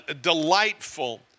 delightful